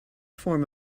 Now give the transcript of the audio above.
form